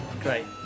Great